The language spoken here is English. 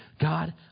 God